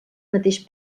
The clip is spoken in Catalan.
mateix